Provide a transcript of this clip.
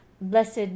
Blessed